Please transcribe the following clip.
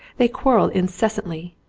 they quarrelled incessantly.